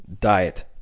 diet